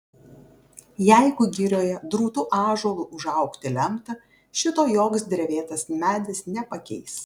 jeigu girioje drūtu ąžuolu užaugti lemta šito joks drevėtas medis nepakeis